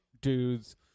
dudes